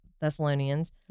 thessalonians